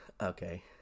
Okay